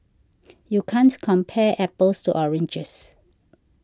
you can't compare apples to oranges